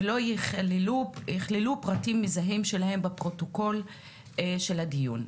ולא יכללו פרטים מזהים שלהם בפרוטוקול של הדיון.